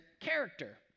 character